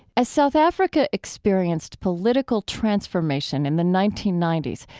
as south africa experienced political transformation in the nineteen ninety s,